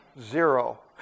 Zero